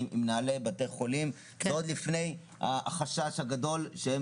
עם מנהלי בתי החולים ועוד לפני החשש הגדול שהם